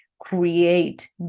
create